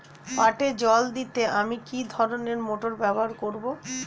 পাটে জল দিতে আমি কি ধরনের মোটর ব্যবহার করব?